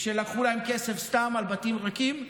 לקחו להם כסף סתם על בתים ריקים,